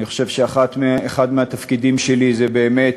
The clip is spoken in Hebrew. אני חושב שאחד מהתפקידים שלי זה באמת